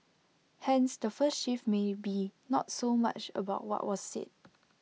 hence the first shift may be not so much about what was said